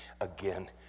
again